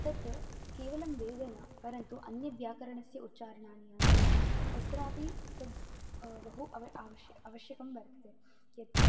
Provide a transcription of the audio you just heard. तत् केवलं वेदः न परन्तु अन्य व्याकरणस्य उच्चारणानि यानि सन्ति तत्रापि तद् अव आवश् आवश्यकं वर्तते यत्